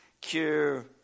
cure